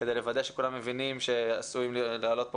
כדי לוודא שכולם מבינים שעשויים לעלות כאן